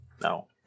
No